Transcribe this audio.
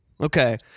Okay